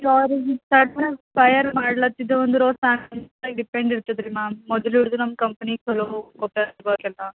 ಸಾರಿ ನೀವು ಸಡನ್ ಆಗಿ ಫೈಯರ್ ಮಾಡ್ಲತ್ತಿದೆವು ಅಂದ್ರ ಡಿಪೆಂಡ್ ಇರ್ತದರೀ ಮ್ಯಾಮ್ ಮೊದ್ಲು ಇವ್ರುದು ನಮ್ಮ ಕಂಪನಿ